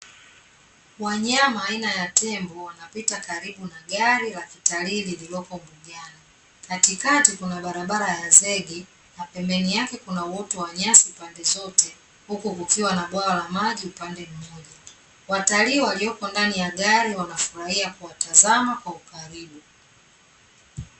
Wanyama aina ya tembo wanapita karibu na gari la kitalii lililoko mbugani. Katikati kuna barabara ya zege na pembeni yake kuna uoto wa nyasi pande zote, huku kukiwa na bwawa la maji upande mmoja. Watalii walioko ndani ya gari wanafurahia kuwatazama kwa ukaribu.